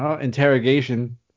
Interrogation